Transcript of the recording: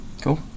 Cool